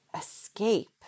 escape